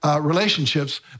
relationships